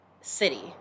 city